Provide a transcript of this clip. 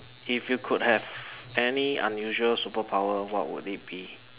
if you could have any unusual superpower what would it be